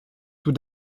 tout